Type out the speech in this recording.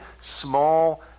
small